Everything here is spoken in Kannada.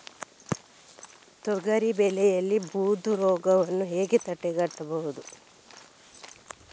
ತೊಗರಿ ಬೆಳೆಯಲ್ಲಿ ಬೂದು ರೋಗವನ್ನು ಹೇಗೆ ತಡೆಗಟ್ಟಬಹುದು?